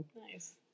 Nice